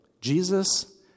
Jesus